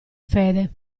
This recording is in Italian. fede